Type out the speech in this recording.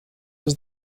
does